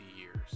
years